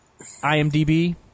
IMDb